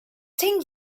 think